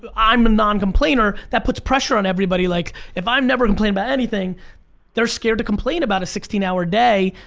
but i'm a non complainer that puts pressure on everybody like if i'm never complained about anything they're scared to complain about a sixteen hour day,